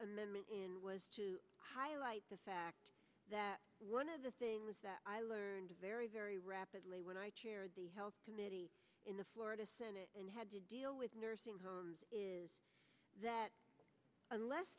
amendment in was to highlight the fact that one of the things that i learned very very rapidly when i chaired the health committee in the florida senate and had to deal with nursing homes is that unless